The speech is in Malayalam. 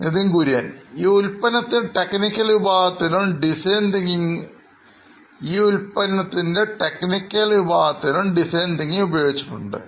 നിധിൻ കുര്യൻ സിഒഒനോയിൻ ഇലക്ട്രോണിക്സ് ഈ ഉൽപ്പന്നത്തിന് ടെക്നിക്കൽ വിഭാഗത്തിലും ഡിസൈൻ തിങ്കിങ് ഉപയോഗിച്ചിട്ടുണ്ട്